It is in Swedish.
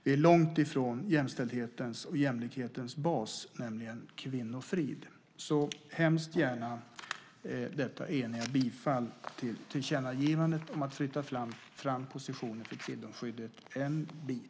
Det är långt ifrån jämställdhetens och jämlikhetens bas, nämligen kvinnofrid. Jag yrkar därför gärna bifall till det eniga förslaget om ett tillkännagivande om att flytta fram positionerna för kvinnoskyddet en bit.